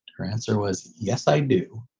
your answer was, yes, i do.